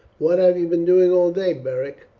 what have you been doing all day, beric?